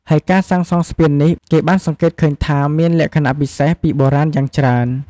ហើយការសាងសងស្ពាននេះ គេបានសង្កេតឃើញថា មានលក្ខណៈពិសេសពីបុរាណយ៉ាងច្រើន។